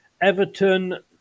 Everton